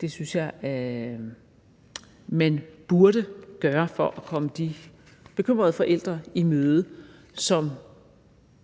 Det synes jeg man burde gøre for at komme de bekymrede forældre i møde, som,